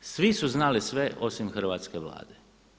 Svi su znali sve osim hrvatske Vlade.